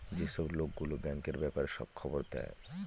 যেসব লোক গুলো ব্যাঙ্কের ব্যাপারে সব খবর দেয়